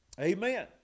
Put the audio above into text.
Amen